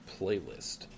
playlist